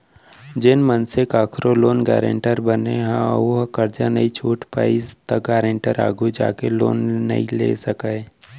जेन मनसे कखरो लोन गारेंटर बने ह अउ ओहा करजा नइ छूट पाइस त गारेंटर आघु जाके लोन नइ ले सकय